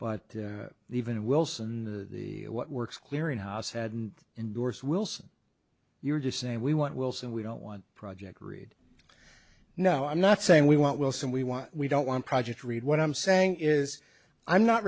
but even wilson the what works clearinghouse hadn't indorse wilson you're just saying we want wilson we don't want project read no i'm not saying we want wilson we want we don't want project reed what i'm saying is i'm not